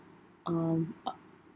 um